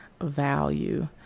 value